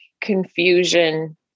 confusion